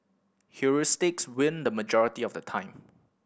heuristics win the majority of the time